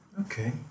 Okay